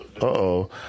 Uh-oh